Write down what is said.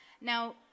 Now